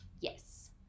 Yes